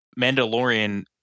Mandalorian